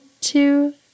Two